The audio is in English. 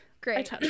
Great